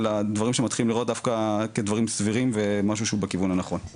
אלא דברים שמתחילים להיראות כדברים סבירים ומשהו שהוא בכיוון הנכון.